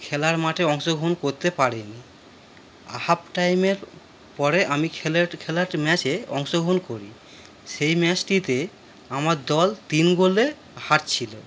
খেলার মাঠে অংশগ্রহণ করতে পারিনি হাফ টাইমের পরে আমি খেলেট খেলাট ম্যাচে অংশগ্রহণ করি সেই ম্যাচটিতে আমার দল তিন গোলে হারছিল